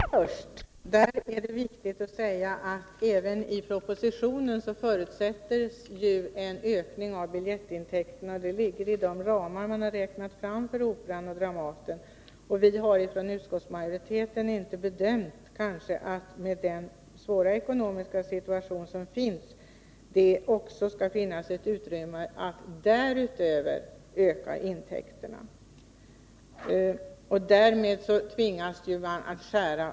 Herr talman! Jag skall försöka hinna med många. Jag tar Karl Boo först. Det är viktigt att säga att det även i propositionen förutsätts en ökning av biljettintäkterna. Det ligger i de ramar som man har räknat fram för Operan och Dramaten. Vi har från utskottsmajoritetens sida bedömt att det i dagens svåra ekonomiska situation inte finns något utrymme för att därutöver öka intäkterna. Därmed tvingas man att skära.